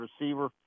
receiver